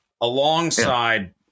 alongside